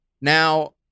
Now